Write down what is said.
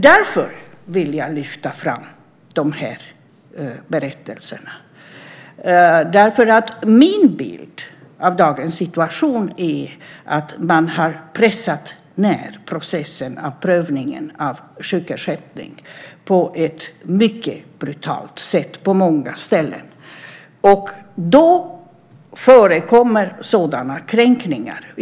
Därför vill jag lyfta fram de här berättelserna. Min bild av dagens situation är att man har pressat ned processen med prövningen av sjukersättningen på ett mycket brutalt sätt på många ställen. Då förekommer sådana kränkningar.